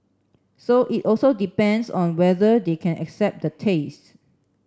so it also depends on whether they can accept the taste